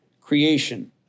creation